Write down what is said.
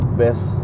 best